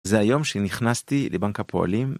זה היום שנכנסתי לבנק הפועלים.